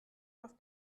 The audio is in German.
auf